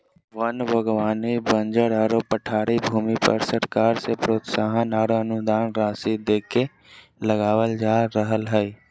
वन बागवानी बंजर आरो पठारी भूमि पर सरकार से प्रोत्साहन आरो अनुदान राशि देके लगावल जा रहल हई